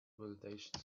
validation